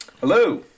hello